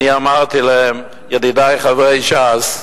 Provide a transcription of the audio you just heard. אני אמרתי לידידי חברי ש"ס: